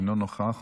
אינו נוכח.